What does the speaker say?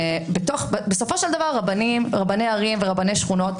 בסופו של דבר רבני ערים ורבני שכונות,